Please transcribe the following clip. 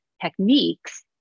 techniques